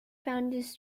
founders